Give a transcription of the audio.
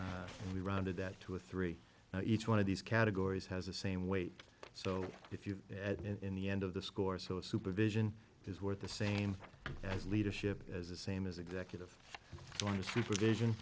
and we rounded that to a three each one of these categories has the same weight so if you add in the end of the score so supervision is worth the same as leadership as a same as executive order supervision